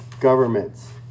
governments